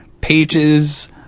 pages